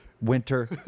winter